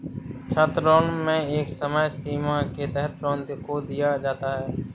छात्रलोन में एक समय सीमा के तहत लोन को दिया जाता है